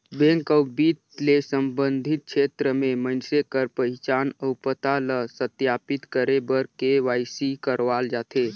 bank अउ बित्त ले संबंधित छेत्र में मइनसे कर पहिचान अउ पता ल सत्यापित करे बर के.वाई.सी करवाल जाथे